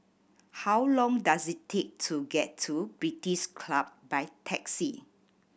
how long does it take to get to British Club by taxi